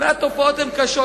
התופעות הן קשות.